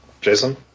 Jason